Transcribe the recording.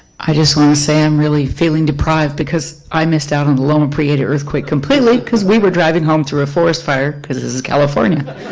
i just want to say i'm really feeling deprived because i missed out on the loma prieta earthquake completely because we were driving home through a forest fire because this is california.